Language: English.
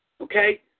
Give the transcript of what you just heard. okay